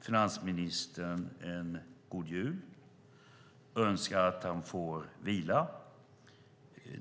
finansministern en god jul. Jag önskar att han får vila.